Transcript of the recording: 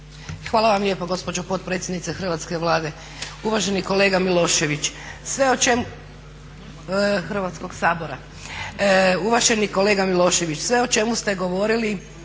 Hvala vam lijepa gospođo potpredsjednice Hrvatskog sabora. Uvaženi kolega Milošević, sve o čemu ste govorili